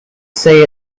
say